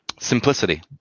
simplicity